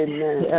Amen